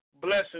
blessing